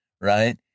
right